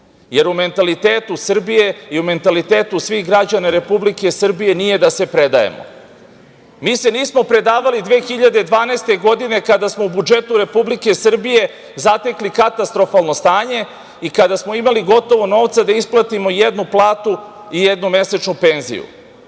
jer u mentalitetu Srbije i u mentalitetu svih građana Republike Srbije, nije da se predajemo. Mi se nismo predavali ni 2012. godine, kada smo u budžetu Republike Srbije, zatekli katastrofalno stanje i kada smo imali gotovo novca da isplatimo jednu platu i jednu mesečnu penziju. Nismo